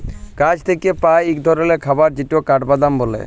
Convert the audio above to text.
গাহাচ থ্যাইকে পাই ইক ধরলের খাবার যেটকে কাঠবাদাম ব্যলে